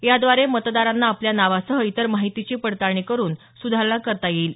याद्वारे मतदारांना आपल्या नावासह इतर माहितीची पडताळणी करुन सुधारणा करता येईल